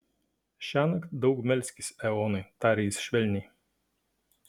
šiąnakt daug melskis eonai tarė jis švelniai